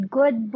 good